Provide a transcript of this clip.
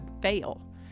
fail